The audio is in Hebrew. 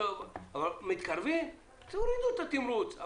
אז תורידו את התימרוץ,